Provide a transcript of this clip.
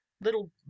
little